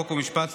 חוק ומשפט,